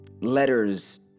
letters